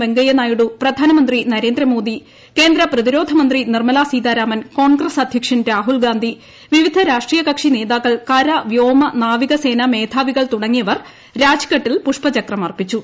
വെങ്കയ്യനായിഡു പ്രധാനമന്ത്രി നരേന്ദ്രമോദി കേന്ദ്ര പ്രതിരോധ മന്ത്രി നിർമ്മലാ സീതാരാമൻ കോൺഗ്രസ് അധ്യക്ഷൻ രാഹുൽ ഗാന്ധി വിവിധ രാഷ്ട്രീയകക്ഷി നേതാക്കൾ കര വ്യോമ നാവിക സേനാ മേധാവികൾ തുടങ്ങിയവർ രാജ്ഘട്ടിൽ പുഷ്പചക്രം അർപ്പിച്ചു